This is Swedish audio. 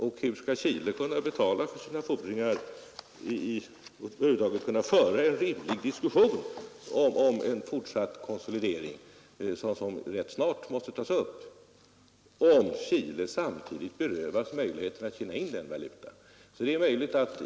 Men hur skall Chile kunna betala sina skulder eller över huvud taget kunna föra en rimlig diskussion om en fortsatt konsolidering, som rätt snart måste bli aktuell, om Chile samtidigt berövas möjligheten att tjäna in den valuta som behövs?